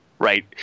right